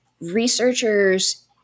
researchers